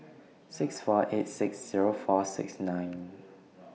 six four eight six Zero four six nine